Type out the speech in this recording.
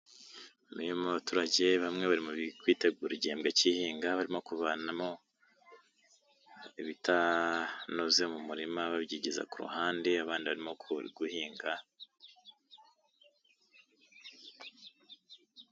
Bamwe mu baturage, bamwe bari kwitegura igihembwe cy'ihinga, barimo kuvanamo ibitanoze mu murima babyigiza ku ruhande, abandi barimo guhinga.